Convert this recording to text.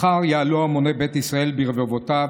מחר יעלו המוני בית ישראל ברבבותיו,